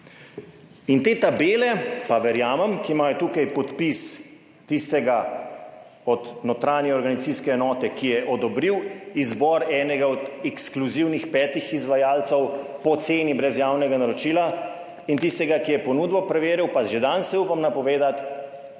In te tabele, pa verjamem, ki imajo tukaj podpis tistega od notranje organizacijske enote, ki je odobril izbor enega od ekskluzivnih petih izvajalcev po ceni brez javnega naročila in tistega, ki je ponudbo preveril, pa že danes si upam napovedati,